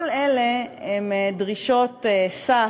כל אלה הם דרישות סף,